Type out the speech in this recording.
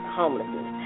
homelessness